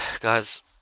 guys